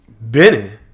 Benny